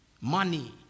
money